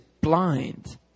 blind